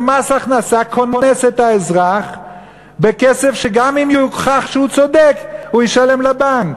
מס הכנסה קונס את האזרח בכסף שגם אם יוכח שהוא צודק הוא ישלם לבנק.